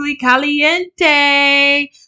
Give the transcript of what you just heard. Caliente